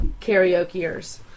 karaokeers